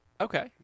Okay